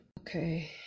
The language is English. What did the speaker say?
Okay